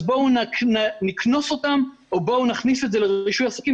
אז בואו נקנוס אותם או בואו נכניס את זה לרישוי עסקים',